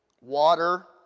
Water